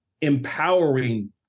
empowering